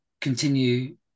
continue